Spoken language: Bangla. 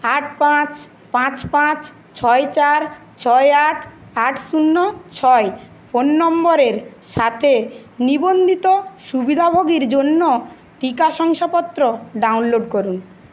আট পাঁচ পাঁচ পাঁচ ছয় চার ছয় আট আট শূন্য ছয় ফোন নম্বরের সাথে নিবন্ধিত সুবিধাভোগীর জন্য টিকা শংসাপত্র ডাউনলোড করুন